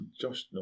Josh